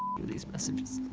these messages.